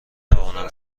توانم